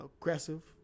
aggressive